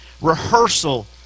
rehearsal